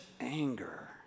anger